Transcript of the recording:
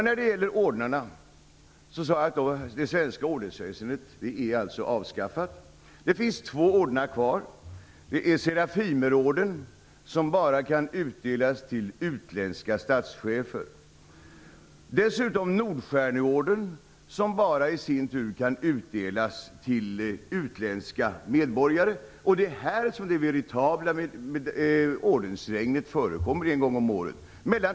När det gäller ordnarna är, som jag sade, det svenska ordensväsendet avskaffat. Det finns två ordnar kvar: Serafimerorden, som bara kan utdelas till utländska statschefer, samt dessutom Nordstjärneorden som i sin tur bara kan utdelas till utländska medborgare. Det är här det veritabla ordensregnet förekommer en gång om året.